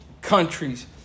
countries